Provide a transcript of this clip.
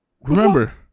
remember